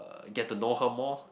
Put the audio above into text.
get to know her more